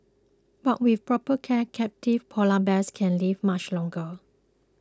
but with proper care captive Polar Bears can live much longer